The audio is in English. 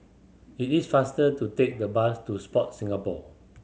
it is faster to take the bus to Sport Singapore